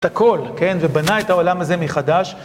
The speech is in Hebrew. את הכל, כן, ובנה את העולם הזה מחדש.